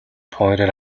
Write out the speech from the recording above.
pointed